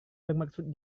bermaksud